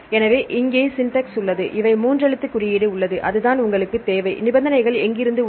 எனவே இங்கே சின்டஸ் உள்ளது அவை மூன்று எழுத்து குறியீடு உள்ளது அதுதான் உங்களுக்குத் தேவை நிபந்தனைகள் எங்கிருந்து உள்ளன